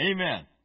Amen